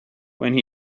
when